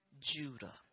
Judah